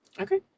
Okay